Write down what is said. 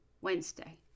Wednesday